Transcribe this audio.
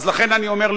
אז לכן אני אומר,